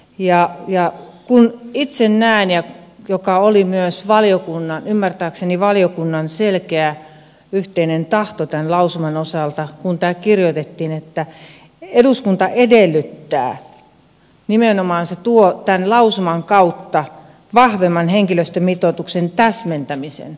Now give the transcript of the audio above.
kun itse näen ja se oli ymmärtääkseni myös valiokunnan selkeä yhteinen tahto tämän lausuman osalta että kun tämä kirjoitettiin että eduskunta edellyttää niin nimenomaan se tuo tämän lausuman kautta vahvemman henkilöstömitoituksen täsmentämisen